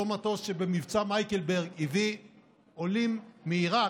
אותו מטוס שבמבצע מייקלברג הביא עולים מעיראק,